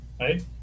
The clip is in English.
right